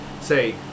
say